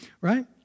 right